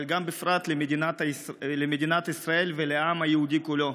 אבל בפרט למדינת ישראל ולעם היהודי כולו.